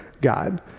God